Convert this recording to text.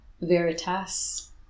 veritas